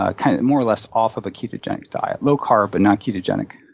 ah kind of more or less off of a ketogenic diet, low-carb but not ketogenic.